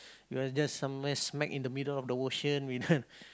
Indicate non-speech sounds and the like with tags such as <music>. you are just somewhere smack in the middle of the ocean <laughs>